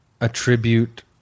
attribute